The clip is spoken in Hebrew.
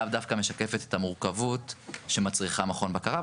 לאו דווקא משקפת את המורכבות שמצריכה מכון בקרה,